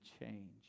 change